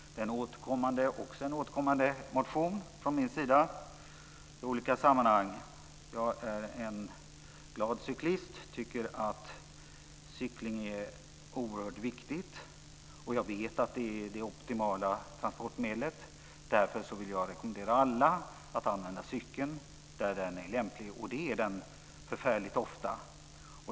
Det är också en i olika sammanhang återkommande motion från min sida. Jag är en glad cyklist, tycker att cykling är oerhört viktigt, och jag vet att det är det optimala transportmedlet. Därför vill jag rekommendera alla att använda cykeln där den är lämplig, och det är den förfärligt ofta.